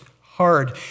hard